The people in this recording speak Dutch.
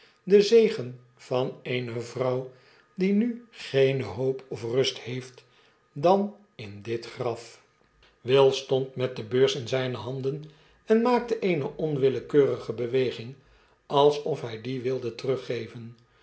de zegen van eene vrouw die nu geene hoop of rust heeft dan in dit graf will stond met de beurs in zijne handen en maakte eene onwillekeurige beweging alsof hy die wilde teruggeven